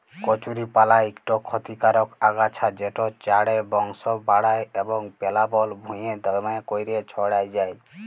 কচুরিপালা ইকট খতিকারক আগাছা যেট চাঁড়ে বংশ বাঢ়হায় এবং পেলাবল ভুঁইয়ে দ্যমে ক্যইরে ছইড়াই যায়